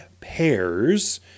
pairs